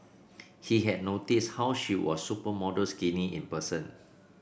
he had noticed how she was supermodel skinny in person